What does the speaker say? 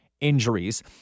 injuries